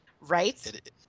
right